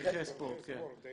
פרחי ספורט, כן.